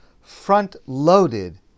front-loaded